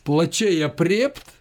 plačiai aprėpt